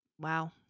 Wow